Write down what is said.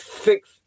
six